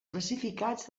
classificats